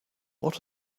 what